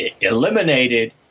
eliminated